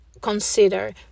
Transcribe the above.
consider